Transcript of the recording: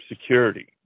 security